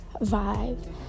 vibe